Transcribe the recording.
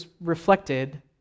reflected